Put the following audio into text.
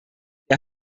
der